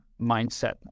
mindset